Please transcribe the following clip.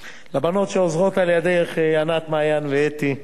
לבנות שעוזרות על-ידך, ענת, מעיין ואתי,